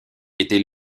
était